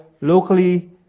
locally